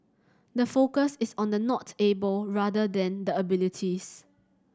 the focus is on the 'not able' rather than the abilities